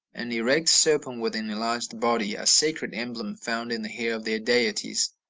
an erect serpent with an enlarged body a sacred emblem found in the hair of their deities.